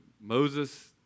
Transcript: Moses